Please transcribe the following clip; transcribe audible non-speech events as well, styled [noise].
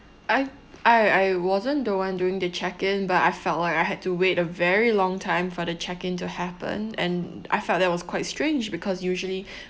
I I I wasn't the one doing the check in but I felt like I had to wait a very long time for the check in to happen and I felt that was quite strange because usually [breath]